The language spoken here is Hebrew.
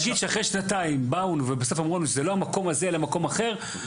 נגיד שאחרי שנתיים באו ובסוף אמרו לנו שזה לא המקום הזה אלא מקום אחר,